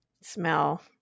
smell